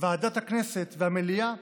בוועדת הכנסת ובמליאה